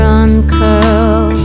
uncurl